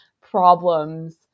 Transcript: problems